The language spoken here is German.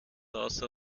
außer